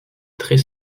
très